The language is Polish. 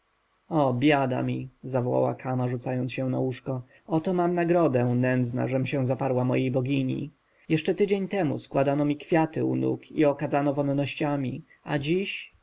biada mi zawołała kama rzucając się na łóżko oto mam nagrodę nędzna żem zaparła się mojej bogini jeszcze tydzień temu składano mi kwiaty u nóg i okadzano wonnościami a dziś